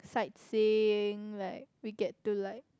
sight seeing like we get to like